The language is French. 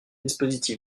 dispositif